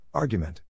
Argument